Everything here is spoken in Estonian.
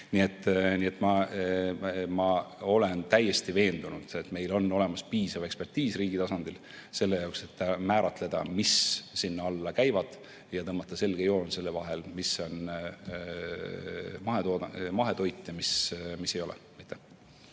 Ma olen täiesti veendunud, et meil on olemas piisav ekspertiis riigi tasandil selle jaoks, et määratleda, mis sinna alla käivad, ja tõmmata selge joon selle vahele, mis on mahetoit ja mis ei ole.